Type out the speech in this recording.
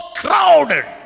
crowded